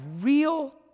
real